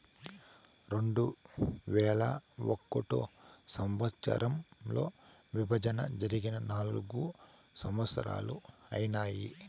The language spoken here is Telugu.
రెండువేల ఒకటో సంవచ్చరంలో విభజన జరిగి నాల్గు సంవత్సరాలు ఐనాయి